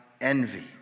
envy